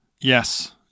Yes